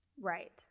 Right